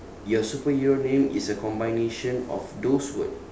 your superhero name is the combination of those word